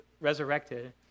resurrected